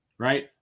Right